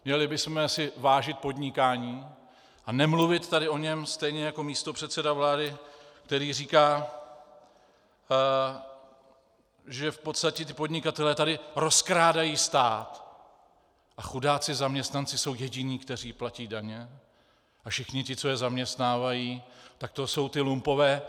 Měli bychom si vážit podnikání a nemluvit tady o něm stejně jako místopředseda vlády, který říká, že v podstatě podnikatelé tady rozkrádají stát a chudáci zaměstnanci jsou jediní, kteří platí daně, a všichni ti, co je zaměstnávají, tak to jsou ti lumpové.